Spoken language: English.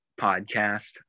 podcast